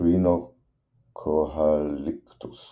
Thrincohalictus